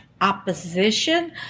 opposition